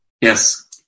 Yes